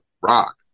rock